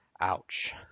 Ouch